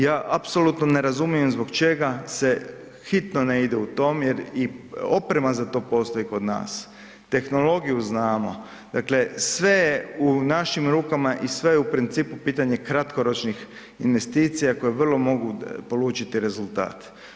Ja apsolutno ne razumijem zbog čega se hitno ne ide u to jer i oprema postoji za to kod nas, tehnologiju znamo, dakle sve je u našim rukama i sve je u principu pitanje kratkoročnih investicija koje vrlo mogu polučiti rezultat.